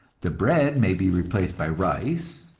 the bread may be replaced by rice,